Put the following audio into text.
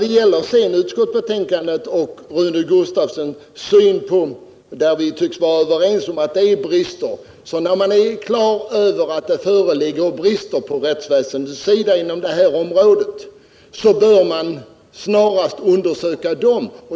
Låt mig sedan beröra vad utskottets talesman anfört. Vi tycks vara överens om att det finns brister. Men när man är på det klara med att det föreligger brister i rättsväsendet inom ett område, då bör man snarast undersöka dem.